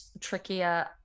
trickier